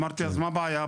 אמרתי, אז מה הבעיה?